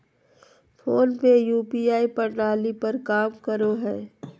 phone पे UPI प्रणाली पर काम करो हय